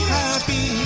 happy